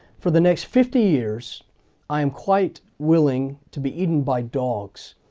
for the next fifty years i am quite willing to be eaten by dogs,